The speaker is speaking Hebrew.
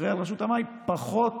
שאחראי לרשות המים, פחות